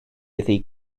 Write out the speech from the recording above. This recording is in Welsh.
iddi